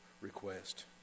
request